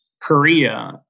Korea